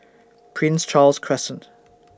Prince Charles Crescent